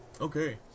Okay